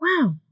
Wow